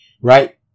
right